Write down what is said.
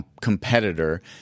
competitor